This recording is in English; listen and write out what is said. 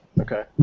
Okay